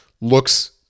looks